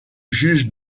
juge